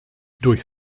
durch